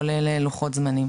כולל לוחות זמנים.